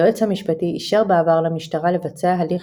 היועץ המשפטי אישר בעבר למשטרה לבצע הליך